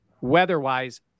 weather-wise